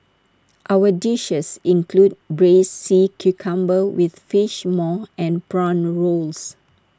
our dishes include Braised Sea Cucumber with Fish Maw and Prawn Rolls